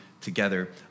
together